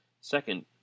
Second